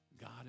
God